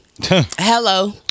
Hello